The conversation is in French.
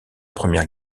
première